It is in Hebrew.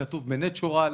כתוב ב"נטורל".